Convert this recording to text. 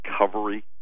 recovery